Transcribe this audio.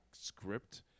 Script